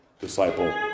disciple